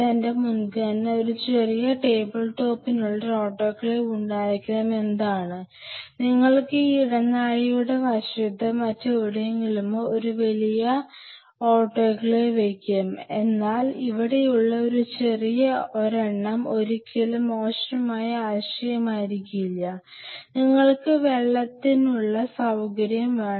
എന്റെ മുൻഗണന ഒരു ചെറിയ ടേബിൾ ടോപ്പിനുള്ളിൽ ഒരു ഓട്ടോക്ലേവ് ഉണ്ടായിരിക്കണം എന്നതാണ് നിങ്ങൾക്ക് ഈ ഇടനാഴിയുടെ വശത്തോ മറ്റെവിടെയെങ്കിലുമോ ഒരു വലിയ ഓട്ടോക്ലേവ് വെയ്ക്കാം എന്നാൽ ഇവിടെയുള്ള ഒരു ചെറിയ ഒരെണ്ണം ഒരിക്കലും മോശമായ ആശയമായിരിക്കില്ല നിങ്ങൾക്ക് വെള്ളത്തിനുള്ള സൌകര്യം വേണം